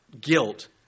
guilt